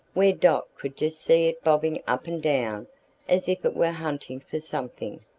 where dot could just see it bobbing up and down as if it were hunting for something.